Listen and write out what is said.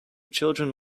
children